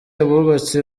abubatse